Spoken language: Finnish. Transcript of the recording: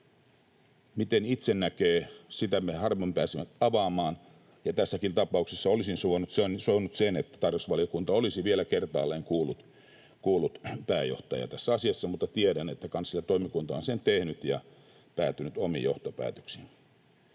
miten itse näkee, me harvoin pääsemme avaamaan, ja tässäkin tapauksessa olisin suonut sen, että tarkastusvaliokunta olisi vielä kertaalleen kuullut pääjohtajaa tässä asiassa, mutta tiedän, että kansliatoimikunta on sen tehnyt ja päätynyt omiin johtopäätöksiinsä.